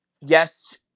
Yes